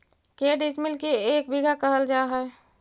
के डिसमिल के एक बिघा खेत कहल जा है?